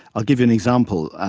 i'll give you an example.